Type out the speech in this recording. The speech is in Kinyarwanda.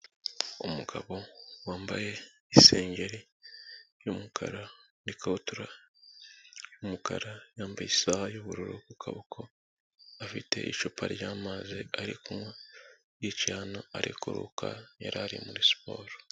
Umugabo wambaye isengeri y'umukara n'ikabutura y'umukara yambaye isaha y'ubururu ku kaboko, afite icupa ry'amazi ari kumwe yicaye hano ari kuruhuka yari ari muri siporo.